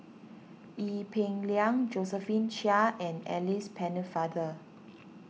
Ee Peng Liang Josephine Chia and Alice Pennefather